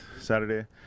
saturday